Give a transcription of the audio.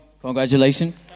Congratulations